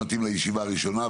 כי זה מתאים לישיבה הראשונה.